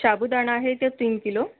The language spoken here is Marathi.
साबूदाणा आहे तो तीन किलो